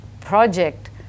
project